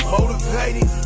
Motivated